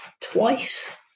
twice